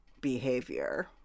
behavior